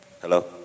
Hello